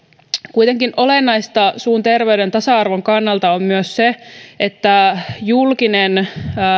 kuitenkin olennaista suun terveyden tasa arvon kannalta on myös se että julkinen